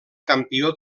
campió